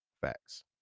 Facts